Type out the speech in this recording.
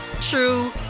true